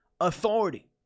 Authority